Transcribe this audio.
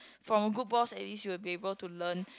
from a good boss at least you will be able to learn